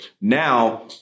Now